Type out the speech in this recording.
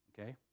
okay